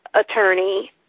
attorney